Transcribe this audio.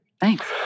Thanks